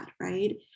right